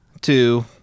two